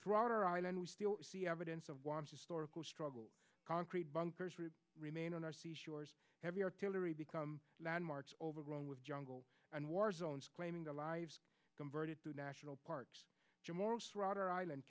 throughout our island we see evidence of want historical struggle concrete bunkers remain on r c shores heavy artillery become landmarks overgrown with jungle and war zones claiming the lives converted to national parks